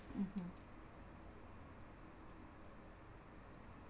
mmhmm